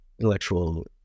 intellectual